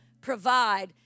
provide